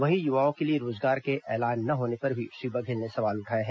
वहीं युवाओं के लिए रोजगार के ऐलान ना होने पर भी श्री बघेल ने सवाल उठाए हैं